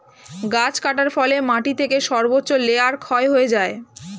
গাছ কাটার ফলে মাটি থেকে সর্বোচ্চ লেয়ার ক্ষয় হয়ে যায়